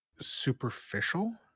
superficial